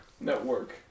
Network